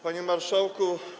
Panie Marszałku!